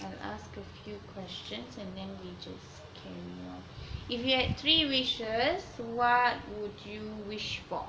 I'll ask a few questions and then we just carry on if you had three wishes what would you wish for